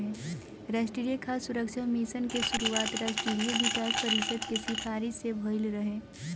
राष्ट्रीय खाद्य सुरक्षा मिशन के शुरुआत राष्ट्रीय विकास परिषद के सिफारिस से भइल रहे